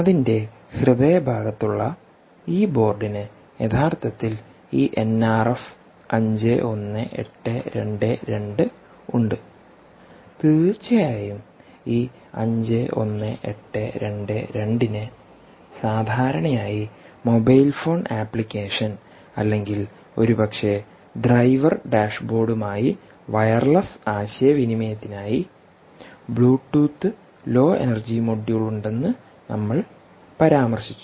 അതിന്റെ ഹൃദയഭാഗത്തുള്ള ഈ ബോർഡിന് യഥാർത്ഥത്തിൽ ഈ എൻആർഎഫ് NRF 51822 ഉണ്ട് തീർച്ചയായും ഈ 51822 ന് സാധാരണയായിമൊബൈൽ ഫോൺ അപ്ലിക്കേഷൻ അല്ലെങ്കിൽ ഒരുപക്ഷേ ഡ്രൈവർ ഡാഷ്ബോർഡുമായി വയർലെസ് ആശയവിനിമയത്തിനായി ബ്ലൂടൂത്ത് ലോ എനർജി മൊഡ്യൂൾ ഉണ്ടെന്ന് നമ്മൾ പരാമർശിച്ചു